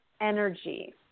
Energy